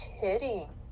kidding